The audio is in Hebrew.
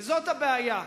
וזאת הבעיה.